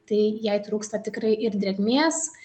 tai jai trūksta tikrai ir drėgmės